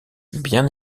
bien